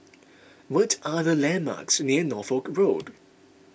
what are the landmarks near Norfolk Road